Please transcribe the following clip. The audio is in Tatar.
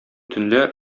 төнлә